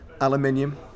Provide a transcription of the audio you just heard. Aluminium